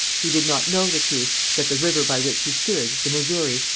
he did not know the truth, that the river by which he stood, the missouri,